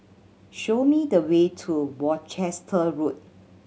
show me the way to Worcester Road